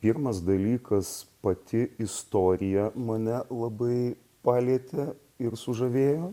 pirmas dalykas pati istorija mane labai palietė ir sužavėjo